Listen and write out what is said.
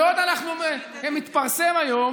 ועוד מתפרסם היום